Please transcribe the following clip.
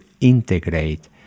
integrate